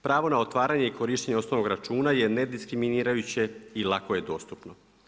Pravo na otvaranje i korištenje osnovnog računa je nediskriminirajuće i lako je dostupno.